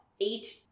eight